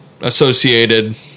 associated